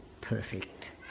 perfect